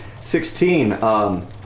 Sixteen